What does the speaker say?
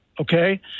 okay